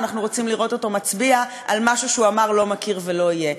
ואנחנו רוצים לראות אותו מצביע על משהו שהוא אמר: לא מכיר ולא יהיה.